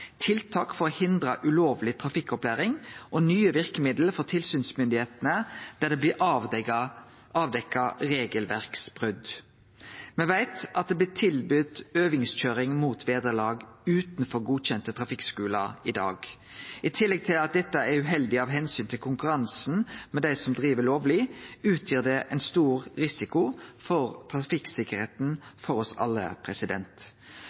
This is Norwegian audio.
tiltak for å hindre ulovleg trafikkopplæring og nye verkemiddel for tilsynsmyndigheitene der det blir avdekt regelverksbrot. Me veit at det finst tilbod om øvingskøyring mot vederlag utanfor godkjende trafikkskular i dag. I tillegg til at dette er uheldig av omsyn til konkurransen med dei som driv lovleg, utgjer det ein stor risiko for